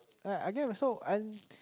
I I get also and